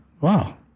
Wow